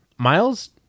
Miles